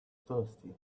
thirsty